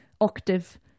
octave